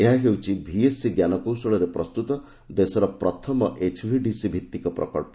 ଏହା ହେଉଛି ଭିଏସସି ଞ୍ଜାନ କୌଶଳରେ ପ୍ରସ୍ତୁତ ଦେଶର ପ୍ରଥମ ଏଚଭିଡିସି ଭିତିକ ପ୍ରକଳ୍ପ